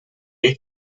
ell